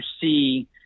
see